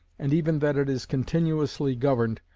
and even that it is continuously governed,